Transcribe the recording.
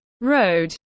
road